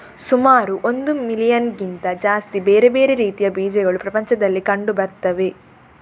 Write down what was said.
ಸುಮಾರು ಒಂದು ಮಿಲಿಯನ್ನಿಗಿಂತ ಜಾಸ್ತಿ ಬೇರೆ ಬೇರೆ ರೀತಿಯ ಬೀಜಗಳು ಪ್ರಪಂಚದಲ್ಲಿ ಕಂಡು ಬರ್ತವೆ